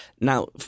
Now